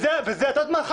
את יודעת מה?